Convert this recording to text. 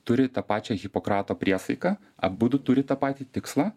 turi tą pačią hipokrato priesaiką abudu turi tą patį tikslą